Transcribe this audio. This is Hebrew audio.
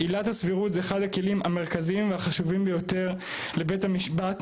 עילת הסבירות זה אחד הכלים המרכזיים והחשובים ביותר לבית המשפט,